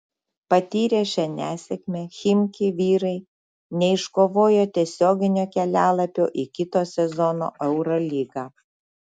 patyrę šią nesėkmę chimki vyrai neiškovojo tiesioginio kelialapio į kito sezono eurolygą